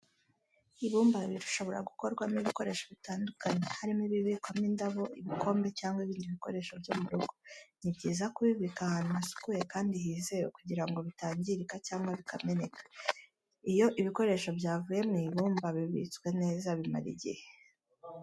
Ibumba rishobora gukorwamo ibikoresho bitandukanye, harimo ibibikwamo indabo, ibikombe, cyangwa ibindi bikoresho byo mu rugo. Ni byiza kubibika ahantu hasukuye kandi hizewe, kugira ngo bitangirika cyangwa bikameneka. Iyo ibikoresho byavuye mu ibumba bibitswe neza bimara igihe.